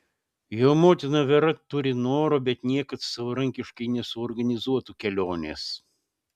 jo motina vera turi noro bet niekad savarankiškai nesuorganizuotų kelionės